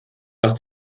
nach